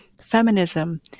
feminism